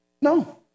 No